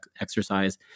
exercise